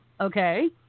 okay